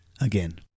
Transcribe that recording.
again